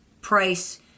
price